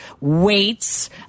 weights